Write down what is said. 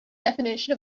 definition